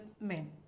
men